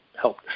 help